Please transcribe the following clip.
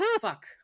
fuck